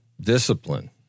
discipline